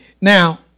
Now